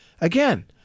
Again